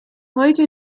heute